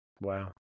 Wow